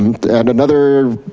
and another